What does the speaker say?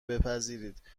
بپذیرید